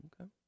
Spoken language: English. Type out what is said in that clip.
Okay